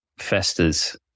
festers